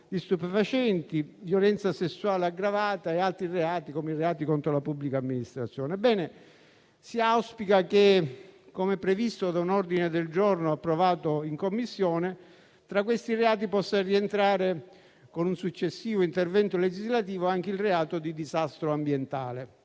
di stupefacenti, violenza sessuale aggravata e altri reati, come quelli contro la pubblica amministrazione. Si auspica che, come previsto da un ordine del giorno approvato in Commissione, tra questi reati possa rientrare, con un successivo intervento legislativo, anche il disastro ambientale.